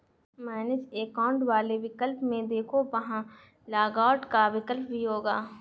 manage account वाले विकल्प में देखो, वहां लॉग आउट का विकल्प भी होगा